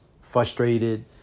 frustrated